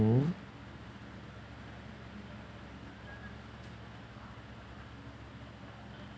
mm